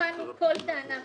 בחנו כל טענה וטענה,